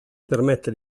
permette